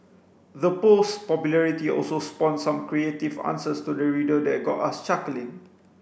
the post's popularity also spawned some creative answers to the riddle that got us chuckling